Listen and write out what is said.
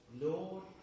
Lord